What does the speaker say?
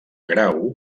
grau